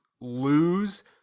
lose